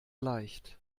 leicht